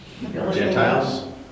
Gentiles